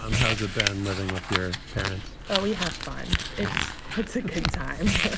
um how's it been living with your parents? well, we have fun. it's it's a good time.